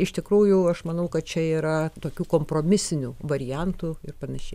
iš tikrųjų aš manau kad čia yra tokių kompromisinių variantų ir panašiai